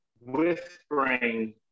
whispering